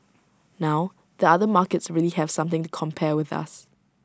now the other markets really have something to compare with us